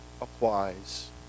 applies